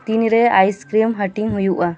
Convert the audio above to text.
ᱛᱤᱱ ᱨᱮ ᱟᱭᱤᱥᱠᱨᱤᱢ ᱦᱟᱹᱴᱤᱧ ᱦᱩᱭᱩᱜ ᱟ